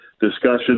discussion